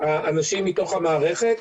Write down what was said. אנשים מתוך המערכת.